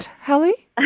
Hallie